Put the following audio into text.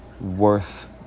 worth